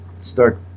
start